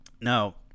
No